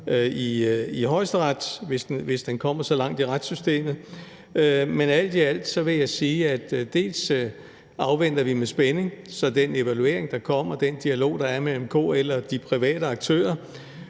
i Højesteret, hvis den kommer så langt i retssystemet. Men alt i alt må jeg sige, at vi afventer med spænding den evaluering, der kommer, i forbindelse med den dialog, der er mellem KL og de private aktører.